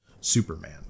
superman